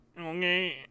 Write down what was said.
Okay